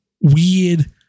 weird